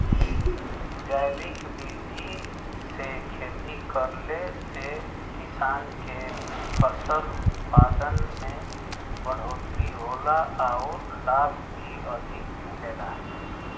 जैविक विधि से खेती करले से किसान के फसल उत्पादन में बढ़ोतरी होला आउर लाभ भी अधिक मिलेला